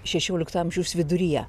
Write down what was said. šešiolikto amžiaus viduryje